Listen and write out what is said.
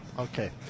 Okay